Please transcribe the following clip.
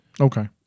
okay